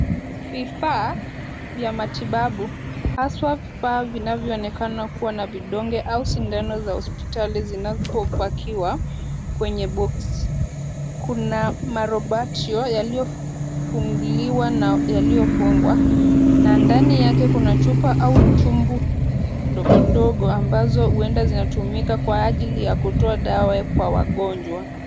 Vifaa vya matibabu haswa vifaa vinavyoonekana kuwa na vidonge au sindano za hospitali zinapopakiwa kwenye boksi . Kuna marubatio yaliyofunguliwa na yaliyofungwa na ndani yake kuna chupa au tube ndogondogo ambazo huenda zinatumika ili kutoa dawa kwa wagonjwa.